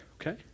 Okay